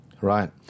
Right